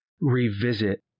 revisit